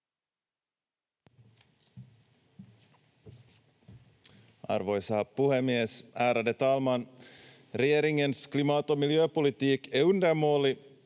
Arvoisa puhemies, ärade talman! Regeringens klimat- och miljöpolitik är undermålig.